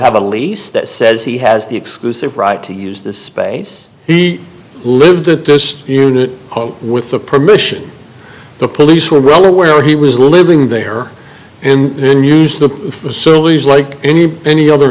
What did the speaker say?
have a lease that says he has the exclusive right to use the space he lived the unit with the permission the police would rather where he was living there and then used the facilities like any any other